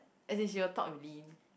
as in she will talk with lin